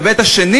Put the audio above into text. וההיבט השני